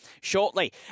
shortly